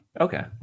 okay